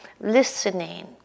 listening